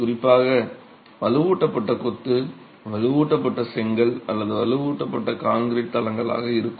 குறிப்பாக வலுவூட்டப்பட்ட கொத்து வலுவூட்டப்பட்ட செங்கல் அல்லது வலுவூட்டப்பட்ட கான்கிரீட் தளங்களாக இருக்கும்